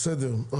בסדר.